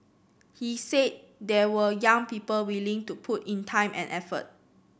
he said there were young people willing to put in time and effort